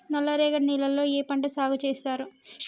నల్లరేగడి నేలల్లో ఏ పంట సాగు చేస్తారు?